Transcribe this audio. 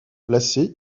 placé